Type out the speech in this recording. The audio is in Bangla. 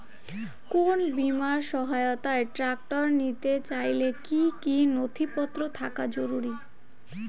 কোন বিমার সহায়তায় ট্রাক্টর নিতে চাইলে কী কী নথিপত্র থাকা জরুরি?